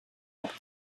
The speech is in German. rock